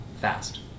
fast